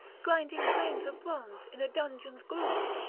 grinding grains of bronze in a dungeon's gloom.